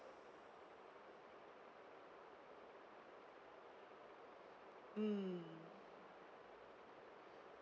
mm